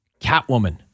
Catwoman